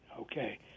okay